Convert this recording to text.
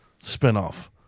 spinoff